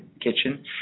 kitchen